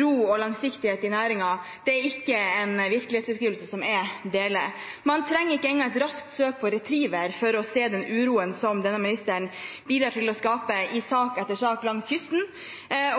ro og langsiktighet i næringen. Det er ikke en virkelighetsbeskrivelse jeg deler. Man trenger ikke engang et raskt søk på Retriever for å se den uroen som denne ministeren bidrar til å skape i sak etter sak langs kysten, og